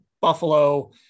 Buffalo